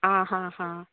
आहाहा